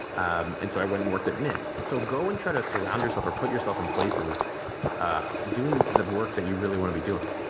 um and so i went and worked at mint. so, go and try to surround yourself or put yourself in places ah doing the work that you really want to be doing.